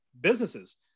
businesses